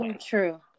True